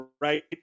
right